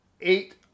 eight